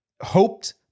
hoped